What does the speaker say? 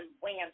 wham